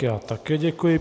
Já také děkuji.